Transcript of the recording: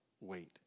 wait